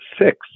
six